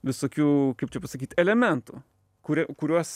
visokių kaip čia pasakyt elementų kurie kuriuos